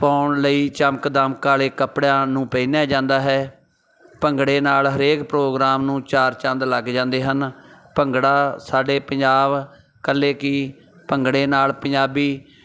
ਪਾਉਣ ਲਈ ਚਮਕ ਦਮਕ ਵਾਲੇ ਕੱਪੜਿਆਂ ਨੂੰ ਪਹਿਨਿਆ ਜਾਂਦਾ ਹੈ ਭੰਗੜੇ ਨਾਲ ਹਰੇਕ ਪ੍ਰੋਗਰਾਮ ਨੂੰ ਚਾਰ ਚੰਦ ਲੱਗ ਜਾਂਦੇ ਹਨ ਭੰਗੜਾ ਸਾਡੇ ਪੰਜਾਬ ਇਕੱਲੇ ਕੀ ਭੰਗੜੇ ਨਾਲ ਪੰਜਾਬੀ